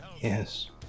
Yes